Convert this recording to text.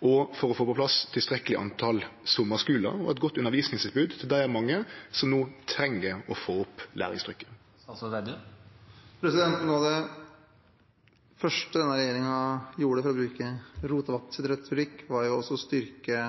og for å få på plass eit tilstrekkeleg høgt tal sommarskular og eit godt undervisningstilbod til dei mange som no treng å få opp læringstrykket? Noe av det første denne regjeringen gjorde, for å bruke Rotevatns retorikk, var å styrke